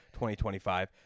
2025